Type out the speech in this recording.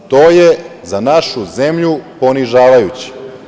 To je za našu zemlju ponižavajuće.